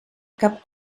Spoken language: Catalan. cap